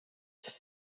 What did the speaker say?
bydd